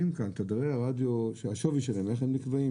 תדרי הרדיו, השווי שלהם איך הוא נקבע?